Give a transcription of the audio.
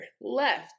left